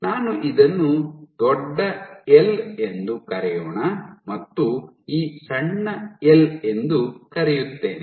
ನಾನು ಇದನ್ನು ದೊಡ್ಡ "ಎಲ್" ಎಂದು ಕರೆಯೋಣ ಮತ್ತು ಈ ಸಣ್ಣ "ಎಲ್" ಎಂದು ಕರೆಯುತ್ತೇನೆ